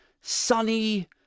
sunny